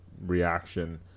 reaction